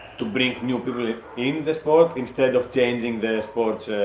bring new people in the sport instead of changing the sports